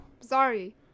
Sorry